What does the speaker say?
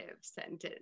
sentence